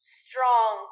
strong